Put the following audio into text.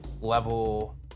level